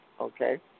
okay